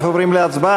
אנחנו עוברים להצבעה,